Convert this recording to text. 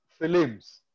films